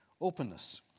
openness